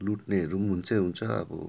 लुट्नेहरू हुन्छै हुन्छ अब